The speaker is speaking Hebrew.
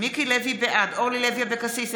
בעד אורלי לוי אבקסיס,